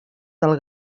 del